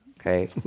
Okay